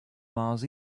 miles